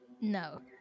No